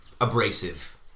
abrasive